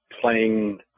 playing